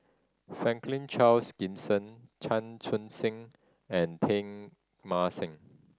Franklin Charles Gimson Chan Chun Sing and Teng Mah Seng